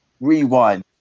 Rewind